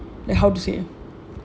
like how to say